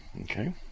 okay